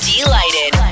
Delighted